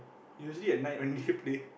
usually at night when usually play